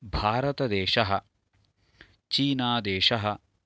भारतदेशः चीनादेशः